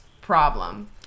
problem